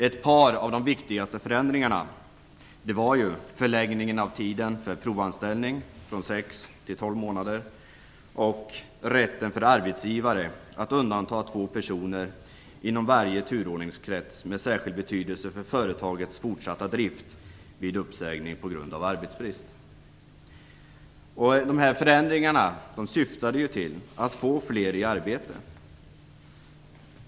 Ett par av de viktigaste förändringarna var förlängningen av tiden för provanställning från sex till tolv månader och rätten för arbetsgivare att undanta två personer inom varje turordningskrets med särskild betydelse för företagets fortsatta drift vid uppsägning på grund av arbetsbrist. Dessa förändringar syftade till att få fler i arbete.